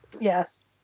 yes